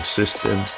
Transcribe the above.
system